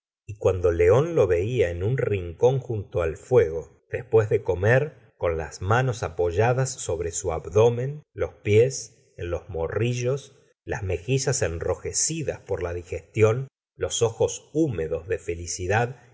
y cuando león lo vela en un rincón junto al fuego después de comer con las manos apoyadas sobre su abdomen los pies en los montaos las mejillas enrojecidas por la digestión los ojos húmedos de felicidad